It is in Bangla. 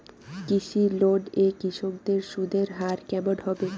কৃষি লোন এ কৃষকদের সুদের হার কেমন হবে?